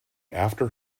after